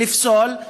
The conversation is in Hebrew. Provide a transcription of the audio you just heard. לפסול,